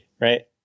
right